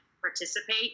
participate